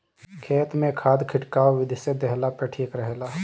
खेत में खाद खिटकाव विधि से देहला पे ठीक रहेला